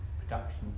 production